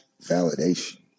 validation